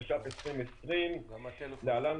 התש"ף 2020 (להלן,